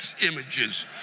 images